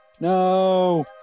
No